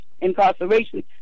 incarceration